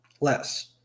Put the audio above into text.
less